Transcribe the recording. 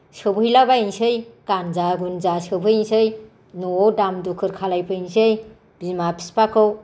सोबहैलाबायनोसै गान्जा गुन्जा सोबहैनोसै न'आव दाम दुखुर खालामफैनोसै बिमा बिफाखौ